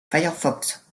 firefox